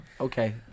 Okay